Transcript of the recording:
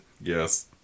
Yes